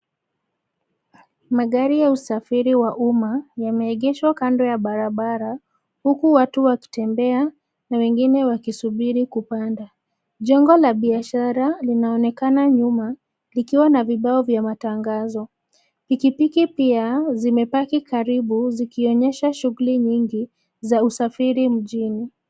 Magari ya usafiri wa umma, yameegeshwa kando ya barabara, huku watu wakitembea, na wengine wakisubiri kupanda, jengo la biashara linaonekana nyuma, likiwa na vibao vya matangazo, pikipiki pia zimepaki karibu zikionyesha shughuli nyingi, za usafiri mjini.